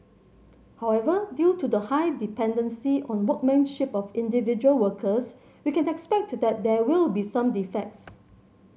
however due to the high dependency on workmanship of individual workers we can expect that there will be some defects